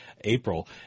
April